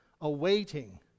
awaiting